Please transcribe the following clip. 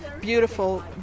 beautiful